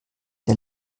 der